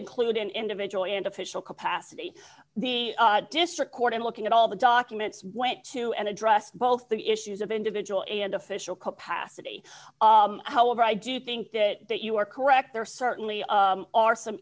include an individual and official capacity the district court and looking at all the documents went to and address both the issues of individual and official capacity however i do think that that you are correct there certainly are some